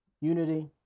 Unity